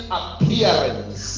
appearance